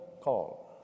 call